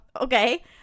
okay